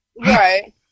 Right